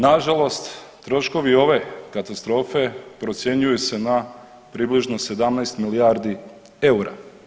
Nažalost troškovi ove katastrofe procjenjuju se na približno 17 milijardi eura.